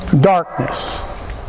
darkness